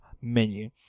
menu